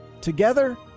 Together